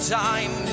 time